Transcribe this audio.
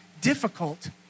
difficult